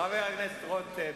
חבר הכנסת רותם,